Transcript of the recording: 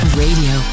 radio